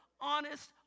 honest